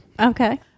okay